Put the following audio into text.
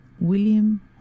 William